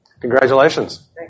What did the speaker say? Congratulations